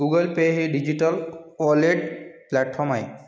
Google Pay हे digital wallet platform आहे